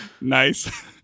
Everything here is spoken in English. Nice